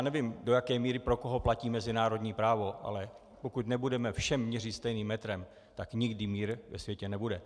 Nevím, do jaké míry pro koho platí mezinárodní právo, ale pokud nebudeme všem měřit stejným metrem, tak nikdy mír ve světě nebude.